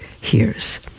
hears